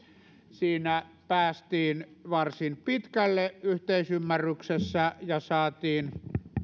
siinä päästiin varsin pitkälle yhteisymmärryksessä ja saatiin